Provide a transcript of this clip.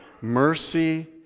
mercy